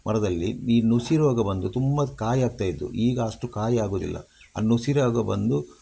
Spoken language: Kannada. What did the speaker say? ಮರದಲ್ಲಿ ಈ ನುಸಿ ರೋಗ ಬಂದು ತುಂಬ ಕಾಯಿಯಾಗ್ತಾಯಿತ್ತು ಈಗ ಅಷ್ಟು ಕಾಯಿಯಾಗೋದಿಲ್ಲ ಆ ನುಸಿ ರೋಗ ಬಂದು